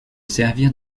servir